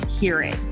hearing